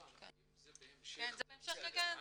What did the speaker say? אם זה בהמשך, זה בסדר.